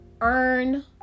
earn